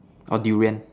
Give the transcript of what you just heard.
or Durian